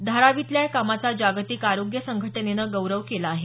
धारावीतल्या या कामाचा जागतिक आरोग्य संघटनेनं गौरव केला आहे